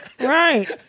right